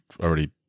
already